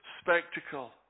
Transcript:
spectacle